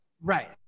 right